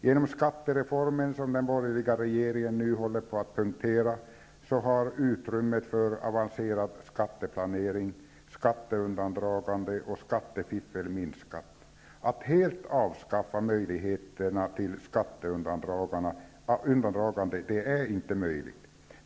Genom skattereformen, som den borgerliga regeringen nu håller på att punktera, har utrymmet för avancerad skatteplanering, skatteundandragande och skattefiffel minskat. Att helt avskaffa möjligheterna till skatteundandragande är inte möjligt.